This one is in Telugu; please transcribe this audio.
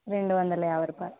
రెండు వందల యాభై రూపాయలు